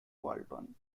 walton